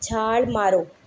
ਛਾਲ ਮਾਰੋ